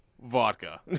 vodka